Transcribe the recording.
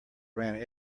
ran